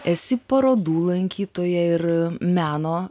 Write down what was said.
esi parodų lankytoja ir meno